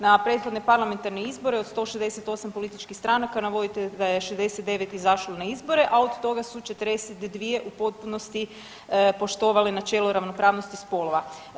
Na prethodne parlamentarne izbore od 168 političkih stranaka navodite da je 69 izašlo na izbore, a od toga su 42 u potpunosti poštovale načelo ravnopravnosti spolova.